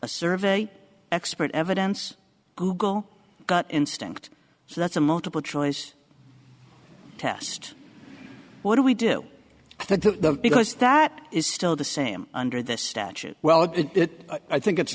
a survey expert evidence google gut instinct so that's a multiple choice test what do we do the because that is still the same under the statute well it i think it's